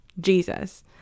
Jesus